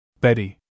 Betty